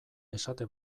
esate